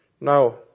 Now